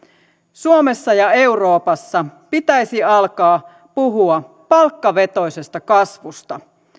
suomessa ja euroopassa pitäisi alkaa puhua palkkavetoisesta kasvusta